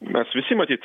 mes visi matyt